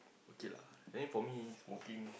okay lah then for me smoking